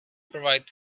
provide